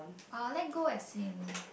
I'm let go as him